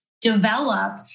develop